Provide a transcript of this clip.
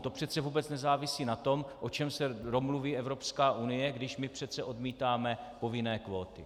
To přece vůbec nezávisí na tom, o čem se domluví Evropská unie, když my přece odmítáme povinné kvóty.